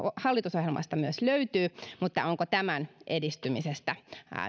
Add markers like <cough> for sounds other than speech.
hallitusohjelmasta myös löytyy <unintelligible> <unintelligible> <unintelligible> <unintelligible> <unintelligible> <unintelligible> <unintelligible> <unintelligible> <unintelligible> mutta onko tämän edistymisestä